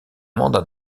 mandat